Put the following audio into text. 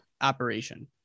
operation